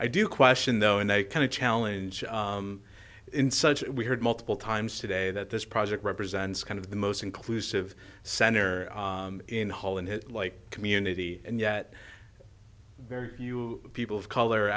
i do question though and they kind of challenge in such we heard multiple times today that this project represents kind of the most inclusive center in holland like community and yet very few people of color